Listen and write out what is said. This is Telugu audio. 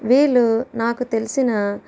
వీళ్ళు నాకు తెలిసిన